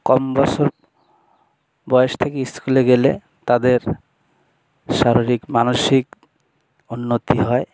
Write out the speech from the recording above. কম বছর বয়স থেকে স্কুলে গেলে তাদের শারীরিক মানসিক উন্নতি হয়